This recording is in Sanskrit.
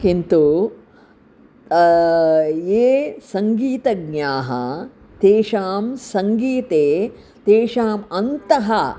किन्तु ये सङ्गीतज्ञाः तेषां सङ्गीते तेषाम् अन्तः